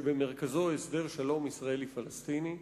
שבמרכזו הסדר שלום ישראלי פלסטיני,